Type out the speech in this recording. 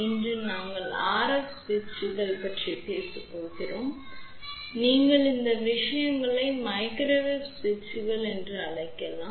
இன்று நாங்கள் RF சுவிட்சுகள் பற்றி பேசப் போகிறோம் நீங்கள் இந்த விஷயங்களை மைக்ரோவேவ் சுவிட்சுகள் என்றும் அழைக்கலாம்